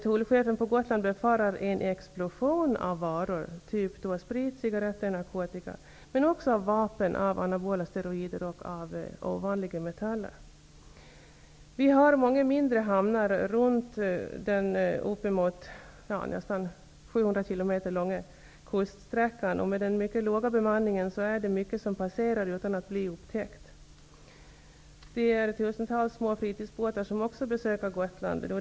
Tullchefen på Gotland befarar dock en explosionsartad tillförsel av varor -- t.ex. av sprit, cigaretter och narkotika, men också av vapen, anabola steroider och ovanliga metaller. Det finns många mindre hamnar på Gotland på den nästan 700 km långa kuststräckan. Med den låga bemanningen är det mycket som passerar utan att någon upptäcker det. Tusentals små fritidsbåtar besöker Gotland.